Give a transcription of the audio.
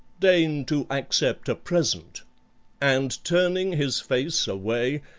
deign to accept a present and turning his face away,